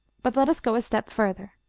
but let us go a step farther